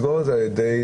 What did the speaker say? חבר הכנסת סעדי,